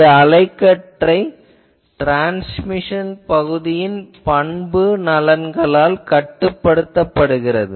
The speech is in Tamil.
இந்த அலைகற்றை ட்ரான்ஸ்மிஷன் பகுதியின் பண்புநலன்களால் கட்டுப்படுத்தப்படுகிறது